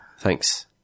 thanks